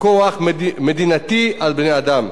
כוח מדינתי על בני-אדם.